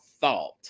thought